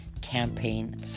campaign